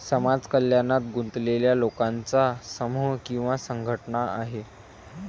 समाज कल्याणात गुंतलेल्या लोकांचा समूह किंवा संघटना आहे